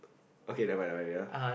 okay never mind never mind ya